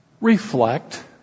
reflect